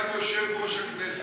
סגן יושב-ראש הכנסת.